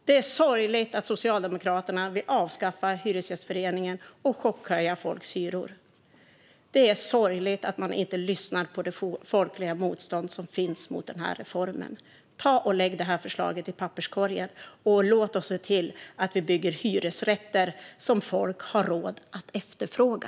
Det är sorgligt att Socialdemokraterna vill avskaffa Hyresgästföreningen och chockhöja folks hyror. Det är sorgligt att man inte lyssnar på det folkliga motstånd som finns mot den här reformen. Ta och lägg det här förslaget i papperskorgen, och låt oss se till att vi bygger hyresrätter som folk har råd att efterfråga!